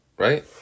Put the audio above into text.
Right